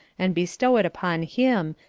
and bestow it upon him,